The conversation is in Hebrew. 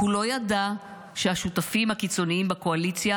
הוא לא ידע שהשותפים הקיצוניים בקואליציה